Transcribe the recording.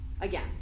Again